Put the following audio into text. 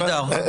נהדר.